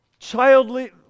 childly